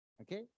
Okay